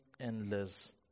endless